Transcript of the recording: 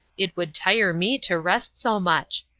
it would tire me to rest so much.